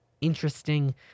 interesting